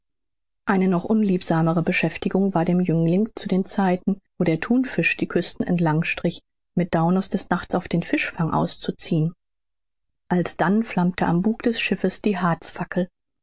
eine noch unliebsamere beschäftigung war dem jüngling zu den zeiten wo der thunfisch die küsten entlang strich mit daunus des nachts auf den fischfang auszuziehen alsdann flammte am bug des schiffes die